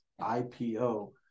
IPO